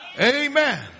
Amen